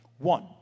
One